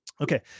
okay